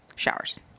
showers